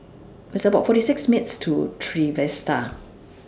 It's about forty six minutes' Walk to Trevista